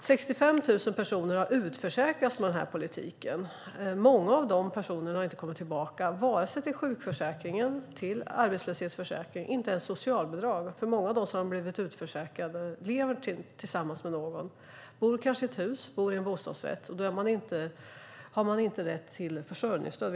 65 000 personer har utförsäkrats med den här politiken. Många av de personerna har inte kommit tillbaka vare sig till sjukförsäkringen eller till arbetslöshetsförsäkringen - inte ens till socialbidrag. Många av dem som har blivit utförsäkrade lever tillsammans med någon. De kanske bor i ett hus eller i en bostadsrätt. Då har man inte rätt till försörjningsstöd.